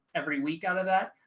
every week out of that,